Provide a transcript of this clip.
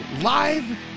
live